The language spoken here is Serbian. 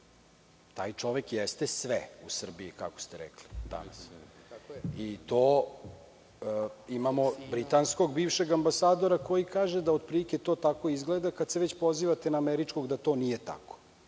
Taj čovek jeste sve u Srbiji kako ste rekli. Imamo britanskog bivšeg ambasadora koji kaže da otprilike to tako izgleda kada se već pozivate na američkog da to nije tako. Znate